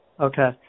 Okay